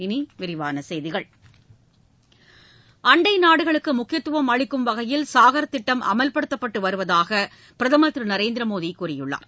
இனி விரிவான செய்திகள் அண்டை நாடுகளுக்கு முக்கியத்துவம் அளிக்கும் வகையில் சாகர் திட்டம் அமல்படுத்தப்பட்டு வருவதாக பிரதமர் திரு நரேந்திர மோடி கூறியுள்ளார்